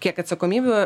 kiek atsakomybių